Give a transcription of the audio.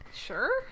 sure